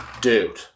Dude